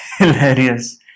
Hilarious